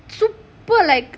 super like